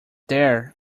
there